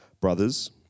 Brothers